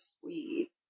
sweet